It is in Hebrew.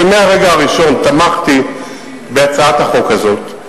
שמהרגע הראשון תמכתי בהצעת החוק הזאת.